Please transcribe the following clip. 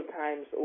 times